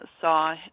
saw